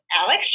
alex